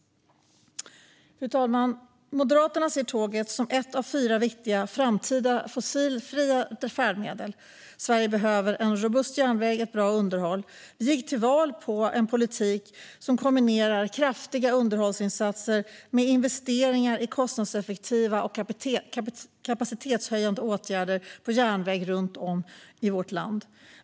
Fru talman! Moderaterna ser tåget som ett av fyra viktiga framtida fossilfria färdmedel. Sverige behöver en robust järnväg med bra underhåll. Moderaterna gick till val på en politik som kombinerade kraftiga underhållsinsatser med investeringar i kostnadseffektiva och kapacitetshöjande åtgärder för järnväg runt om i landet.